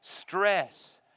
stress